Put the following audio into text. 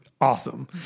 awesome